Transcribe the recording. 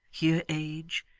here age,